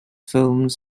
films